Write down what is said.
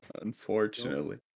unfortunately